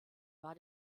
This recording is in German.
war